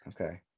okay